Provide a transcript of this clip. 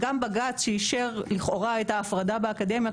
גם בג"ץ שאישר לכאורה את ההפרדה באקדמיה,